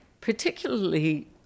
particularly